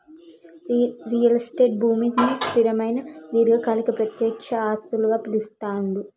real estate భూమిని స్థిరమైన దీర్ఘకాలిక ప్రత్యక్ష ఆస్తులుగా పిలుత్తాండ్లు